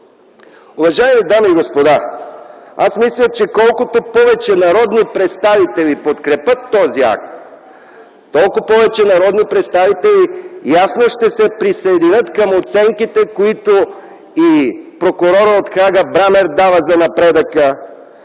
Уважаеми дами и господа, аз мисля, че колкото повече народни представители подкрепят този акт, толкова повече народни представители ясно ще се присъединят към оценките, които и прокурора от Хага Брамер дава за напредъка,